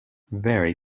very